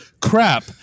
crap